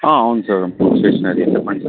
అవును సార్ స్టేషనరీయే చెప్పండి సార్